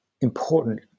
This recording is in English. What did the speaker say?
important